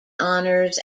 honors